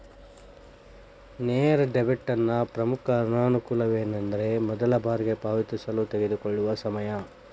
ನೇರ ಡೆಬಿಟ್ನ ಪ್ರಮುಖ ಅನಾನುಕೂಲವೆಂದರೆ ಮೊದಲ ಬಾರಿಗೆ ಪಾವತಿಸಲು ತೆಗೆದುಕೊಳ್ಳುವ ಸಮಯ